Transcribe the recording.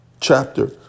chapter